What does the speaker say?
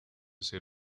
ser